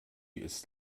ist